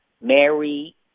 Mary